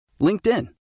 LinkedIn